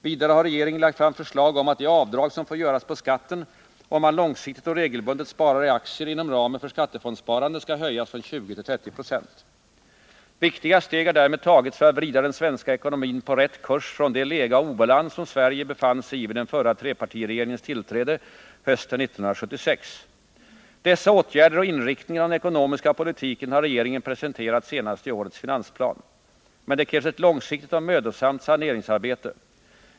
Vidare har regeringen lagt fram förslag om att det avdrag som får göras på skatten om man långsiktigt och regelbundet sparar i aktier inom ramen för skattefondsparandet skall höjas från 20 till 30 26. Viktiga steg har därmed tagits för att vrida den svenska ekonomin på rätt kurs från det läge av obalans som Sverige befann sig i vid den förra trepartiregeringens tillträde hösten 1976. Dessa åtgärder och inriktningen av den ekonomiska politiken har regeringen presenterat senast i årets finansplan. Men det krävs ett långsiktigt och mödosamt saneringsarbete.